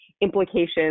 implications